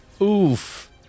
Oof